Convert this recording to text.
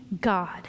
God